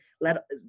let